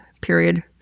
period